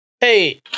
hey